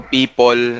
people